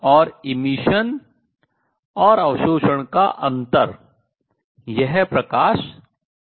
और उत्सर्जन और अवशोषण का अंतर यह प्रकाश देता है